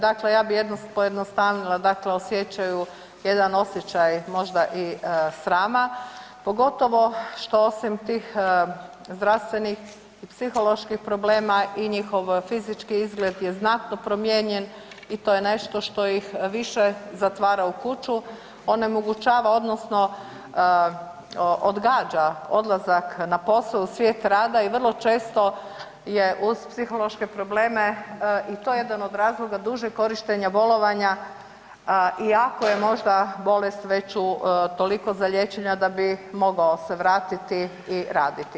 Dakle, ja bi pojednostavila dakle osjećaju jedan osjećaj možda i srama pogotovo što osim tih zdravstvenih i psiholoških problema i njihov fizički izgled je znatno promijenjen i to je nešto što ih više zatvara u kuću, onemogućava odnosno odgađa odlazak na posao u svijet rada i vrlo često je uz psihološke probleme i to jedan od razloga dužeg korištenja bolovanja iako je možda bolest već u, toliko zaliječena da bi mogao se vratiti i raditi.